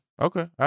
Okay